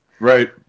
Right